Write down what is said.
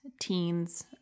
teens